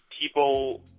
people